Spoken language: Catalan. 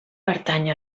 pertany